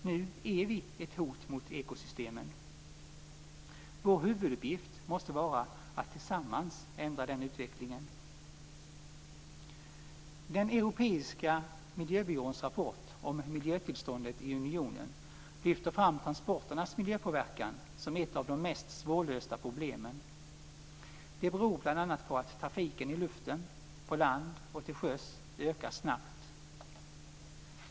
Nu är vi ett hot mot ekosystemen. Vår huvuduppgift måste vara att tillsammans ändra den utvecklingen. Den europeiska miljöbyråns rapport om miljötillståndet i unionen lyfter fram transporternas miljöpåverkan som ett av de mest svårlösta problemen. Det beror bl.a. på att trafiken i luften, på land och till sjöss ökar snabbt.